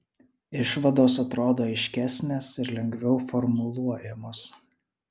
išvados atrodo aiškesnės ir lengviau formuluojamos